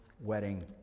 wedding